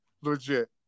legit